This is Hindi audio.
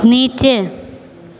नीचे